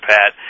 Pat